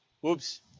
Whoops